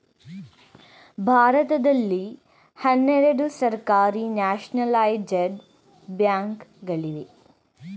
ಭಾರತದಲ್ಲಿ ಹನ್ನೆರಡು ಸರ್ಕಾರಿ ನ್ಯಾಷನಲೈಜಡ ಬ್ಯಾಂಕ್ ಗಳಿವೆ